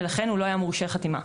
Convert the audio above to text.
ולכן הוא לא היה מורשה חתימה.